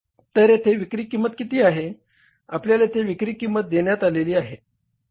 तर येथे विक्री किंमत किती आहे आपल्याला येथे विक्री किंमत देण्यात आली आहे